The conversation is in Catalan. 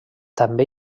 també